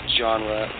genre